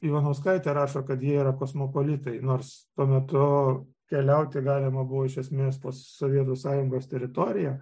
ivanauskaitė rašo kad jie yra kosmopolitai nors tuo metu keliauti galima buvo iš esmės po sovietų sąjungos teritoriją